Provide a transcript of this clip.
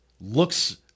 looks